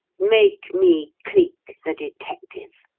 make me cleek, the detective,